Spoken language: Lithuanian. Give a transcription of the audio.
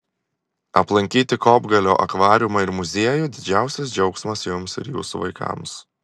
aplankyti kopgalio akvariumą ir muziejų didžiausias džiaugsmas jums ir jūsų vaikams